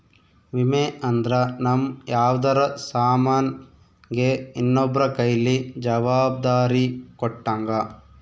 ವಿಮೆ ಅಂದ್ರ ನಮ್ ಯಾವ್ದರ ಸಾಮನ್ ಗೆ ಇನ್ನೊಬ್ರ ಕೈಯಲ್ಲಿ ಜವಾಬ್ದಾರಿ ಕೊಟ್ಟಂಗ